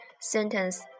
Sentence